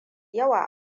yawa